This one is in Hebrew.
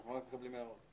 רק מקבלים הערות.